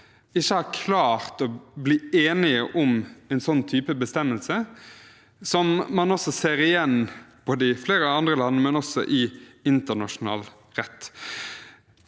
ikke har klart å bli enig om en sånn type bestemmelse som man ser igjen i flere andre land og også i internasjonal rett.